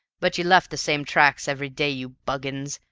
but you left the same tracks every day, you buggins,